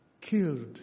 killed